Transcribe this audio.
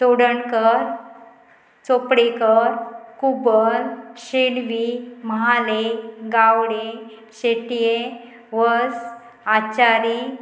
Chodankar Chopdekar Kubal Shenvi Mahale Gawde Shetye Vas Achari